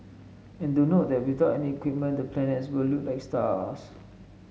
and do note that without any equipment the planets will look like stars